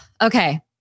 okay